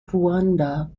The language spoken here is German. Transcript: ruanda